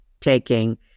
taking